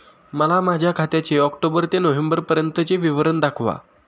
मला माझ्या खात्याचे ऑक्टोबर ते नोव्हेंबर पर्यंतचे विवरण दाखवा